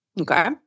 Okay